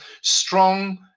strong